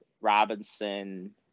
Robinson